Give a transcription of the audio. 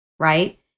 Right